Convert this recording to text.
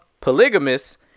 Polygamous